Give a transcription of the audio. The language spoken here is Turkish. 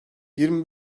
yirmi